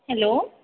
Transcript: hello